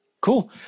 Cool